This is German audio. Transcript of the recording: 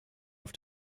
auf